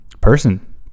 person